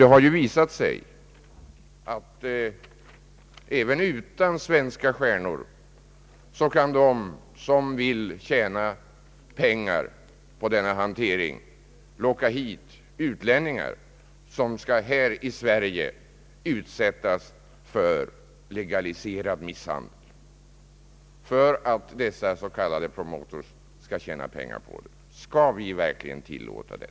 Det har ju visat sig att även utan svenska stjärnor kan de som vill tjäna pengar på denna hantering locka hit utlänningar som här i Sverige skall utsättas för legaliserad misshandel för att dessa s.k. promotors skall tjäna pengar. Skall vi verkligen tillåta det?